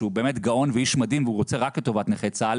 שהוא באמת גאון והוא איש מדהים והוא רוצה רק את טובת נכי צה"ל,